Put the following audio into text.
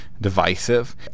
divisive